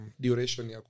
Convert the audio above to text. duration